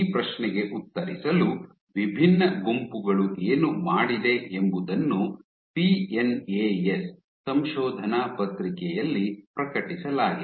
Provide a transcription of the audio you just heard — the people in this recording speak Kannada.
ಈ ಪ್ರಶ್ನೆಗೆ ಉತ್ತರಿಸಲು ವಿಭಿನ್ನ ಗುಂಪುಗಳು ಏನು ಮಾಡಿದೆ ಎಂಬುದನ್ನು ಪಿಎನ್ಎಎಸ್ ಸಂಶೋಧನಾ ಪತ್ರಿಕೆಯಲ್ಲಿ ಪ್ರಕಟಿಸಲಾಗಿದೆ